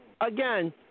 again